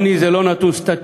העוני זה לא נתון סטטיסטי,